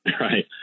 right